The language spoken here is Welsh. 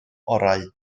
orau